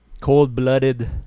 cold-blooded